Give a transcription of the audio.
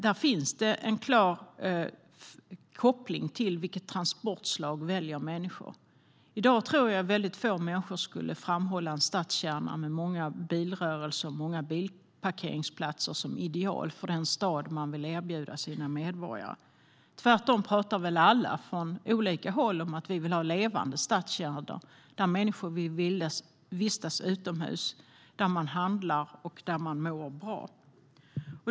Där finns en klar koppling till vilket transportslag människor väljer. I dag tror jag att väldigt få människor skulle framhålla en stadskärna med många bilrörelser och många bilparkeringsplatser som ideal för den stad de vill erbjuda sina medborgare. Tvärtom talar väl alla från olika håll om att vi vill ha levande stadskärnor där människor vill vistas utomhus, där de handlar och där de mår bra.